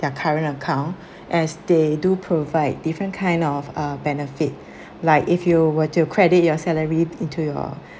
their current account as they do provide different kind of uh benefit like if you were to credit your salary into your